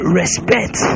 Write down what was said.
respect